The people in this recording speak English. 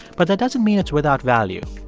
but that doesn't mean it's without value.